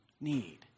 need